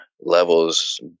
levels